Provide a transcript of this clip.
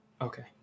Okay